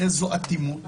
איזו אטימות